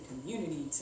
community